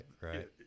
right